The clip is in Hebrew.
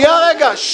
שנייה רגע.